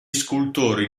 scultori